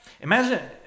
imagine